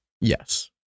yes